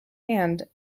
and